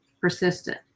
persistent